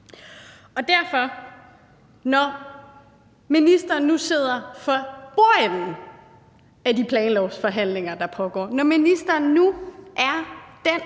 i. Når ministeren nu sidder for bordenden af de planlovsforhandlinger, der pågår, når ministeren nu er den,